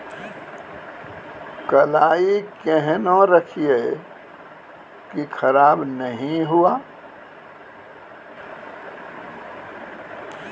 कलाई केहनो रखिए की खराब नहीं हुआ?